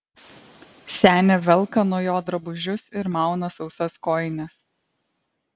senė velka nuo jo drabužius ir mauna sausas kojines